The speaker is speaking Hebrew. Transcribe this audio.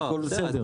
הכל בסדר.